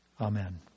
Amen